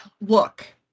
look